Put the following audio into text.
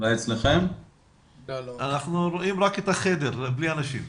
הנושא המרכזי שעמד בבסיס שיתוף הפעולה זה הדאגה לאזרחים ותיקים בודדים,